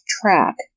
track